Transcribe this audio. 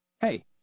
Hey